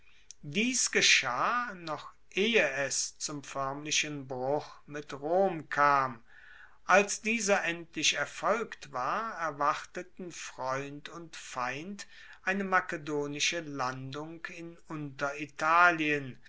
dies geschah noch ehe es zum foermlichen bruch mit rom kam als dieser endlich erfolgt war erwarteten freund und feind eine makedonische landung in